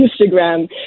Instagram